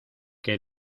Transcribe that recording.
que